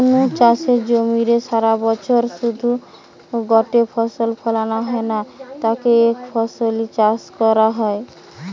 কুনু চাষের জমিরে সারাবছরে শুধু গটে ফসল ফলানা হ্যানে তাকে একফসলি চাষ কয়া হয়